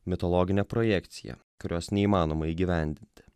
mitologinė projekcija kurios neįmanoma įgyvendinti